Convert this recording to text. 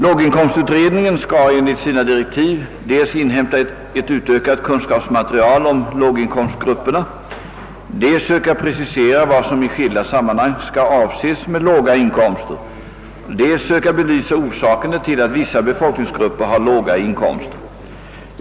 Låginkomstutredningen skall enligt sina direktiv dels inhämta ett utökat kunskapsmaterial om låginkomstgrupperna, dels söka precisera vad som i skilda sammanhang skall avses med låga inkomster, dels söka belysa orsakerna till att vissa befolkningsgrupper har låga inkomster.